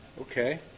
Okay